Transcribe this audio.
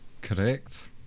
Correct